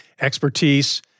expertise